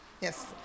yes